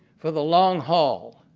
for the long haul.